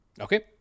okay